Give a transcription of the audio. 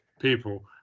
people